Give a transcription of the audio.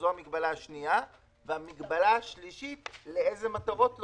המגבלה השלישית לאיזה מטרות להוציא.